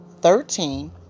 thirteen